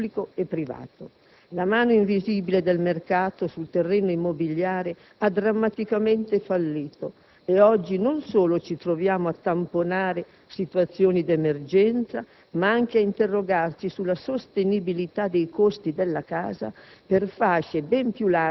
sul rapporto tra pubblico e privato: la mano invisibile del mercato, sul terreno immobiliare, ha drammaticamente fallito, e oggi non solo ci troviamo a tamponare situazioni di emergenza, ma anche a interrogarci sulla sostenibilità dei costi della casa